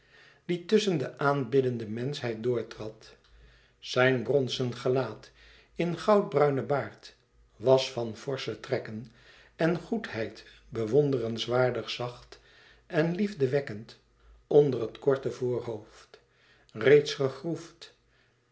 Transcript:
die tusschen de aanbiddende menschheid door trad zijn bronzen gelaat in goudbruinen baard was van forsche trekken en goedheid bewonderenswaardig zacht en liefdewekkend onder het korte voorhoofd reeds